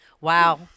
Wow